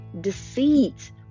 deceit